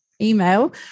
email